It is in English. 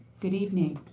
good evening.